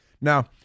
Now